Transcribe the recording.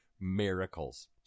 miracles